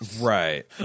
Right